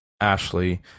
Ashley